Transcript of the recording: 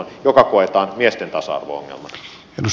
se koetaan miesten tasa arvo ongelmana